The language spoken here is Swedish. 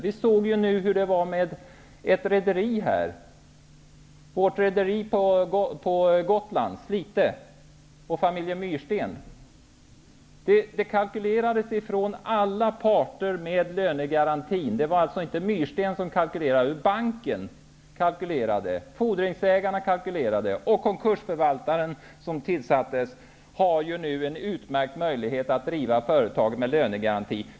Vi såg nyligen hur det gick med vårt rederi på Gotland. Jag avser då Slite rederi och familjen Myrsten. Från alla parters sida fanns lönegarantin med i kalkylerna. Det gäller inte familjen Myrsten men väl banken och fordringsägarna. Den konkursförvaltare som tillsatts har nu utmärkta möjligheter att driva företaget med hjälp av lönegarantin.